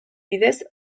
bidez